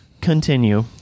Continue